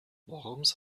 worms